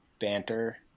banter